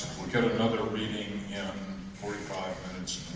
we'll get another reading in forty five minutes,